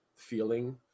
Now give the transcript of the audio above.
feeling